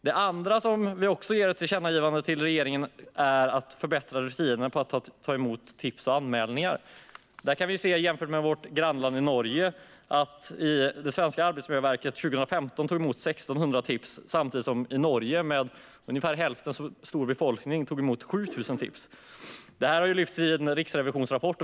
Det andra tillkännagivandet till regeringen är att förbättra rutinerna för att ta emot tips och anmälningar. Vi kan här göra en jämförelse med vårt grannland Norge. Det svenska Arbetsmiljöverket tog 2015 emot 1 600 tips, samtidigt som Norge med ungefär hälften så stor befolkning tog emot 7 000 tips. Detta har lyfts fram i en Riksrevisionsrapport.